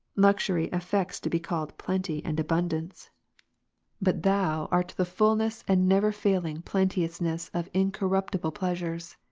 luxury affects to be called plenty and abundance but thou art the fulness and never-failing plenteousness of incorruptible pleasures.